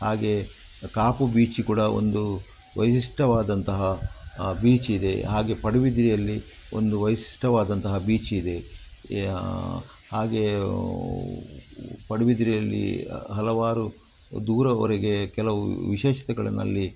ಹಾಗೇ ಕಾಪು ಬೀಚ್ ಕೂಡ ಒಂದು ವೈಶಿಷ್ಟವಾದಂತಹ ಬೀಚ್ ಇದೆ ಹಾಗೆ ಪಡುಬಿದ್ರಿಯಲ್ಲಿ ಒಂದು ವೈಶಿಷ್ಟವಾದಂತಹ ಬೀಚ್ ಇದೆ ಏ ಹಾಗೆಯೇ ಪಡುಬಿದ್ರಿಯಲ್ಲೀ ಹಲವಾರು ದೂರವರೆಗೆ ಕೆಲವು ವಿಶೇಷತೆಗಳನ್ನಲ್ಲಿ